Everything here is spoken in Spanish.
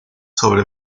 sobre